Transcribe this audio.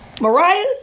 Mariah